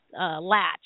latch